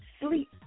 sleep